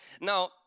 Now